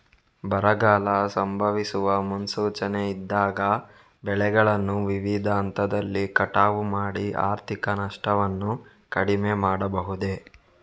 ಬರಗಾಲ ಸಂಭವಿಸುವ ಮುನ್ಸೂಚನೆ ಇದ್ದಾಗ ಬೆಳೆಗಳನ್ನು ವಿವಿಧ ಹಂತದಲ್ಲಿ ಕಟಾವು ಮಾಡಿ ಆರ್ಥಿಕ ನಷ್ಟವನ್ನು ಕಡಿಮೆ ಮಾಡಬಹುದೇ?